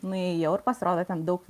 nuėjau ir pasirodo ten daug